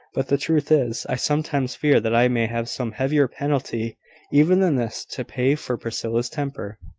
but the truth is, i sometimes fear that i may have some heavier penalty even than this to pay for priscilla's temper.